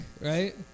right